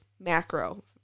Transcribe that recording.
Macro